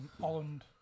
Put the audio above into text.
Holland